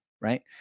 right